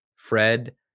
Fred